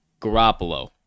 Garoppolo